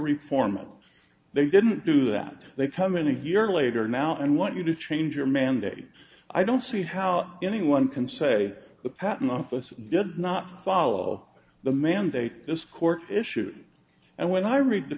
reap formant they didn't do that they come in a year later now and want you to change your mandate i don't see how anyone can say the patent office did not follow the mandate this court issued and when i read the